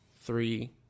three